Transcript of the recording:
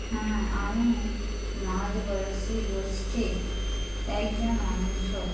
হ্যাঁ আমি মাঝবয়সি গোষ্ঠীর একজন অংশ